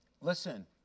Listen